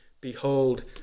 Behold